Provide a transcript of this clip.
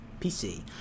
PC